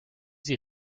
sie